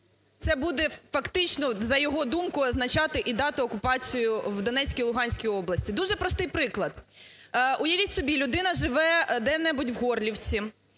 це буде фактично, за його думкою, означати і дату окупацію в Донецькій, Луганській області. Дуже простий приклад. Уявіть собі, людина живе де-небудь в Горлівці.